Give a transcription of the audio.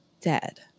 dead